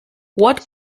what